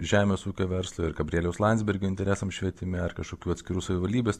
žemės ūkio verslui ar gabrieliaus landsbergio interesams švietime ar kažkokių atskirų savivaldybės